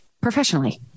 professionally